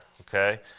Okay